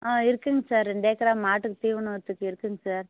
ஆ இருக்குதுங்க சார் ரெண்டு ஏக்கராக மாட்டுக்குத் தீவனம் வச்சக்கு இருக்குதுங்க சார்